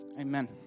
Amen